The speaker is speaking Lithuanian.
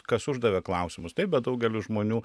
kas uždavė klausimus taip bet daugelis žmonių